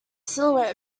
silhouette